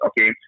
Okay